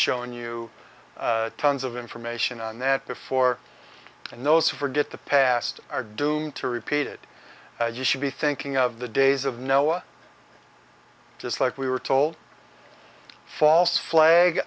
shown you tons of information on that before and those who forget the past are doomed to repeat it you should be thinking of the days of noah just like we were told false flag